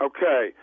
Okay